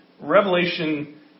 Revelation